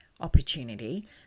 opportunity